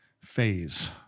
phase